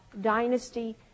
dynasty